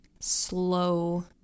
slow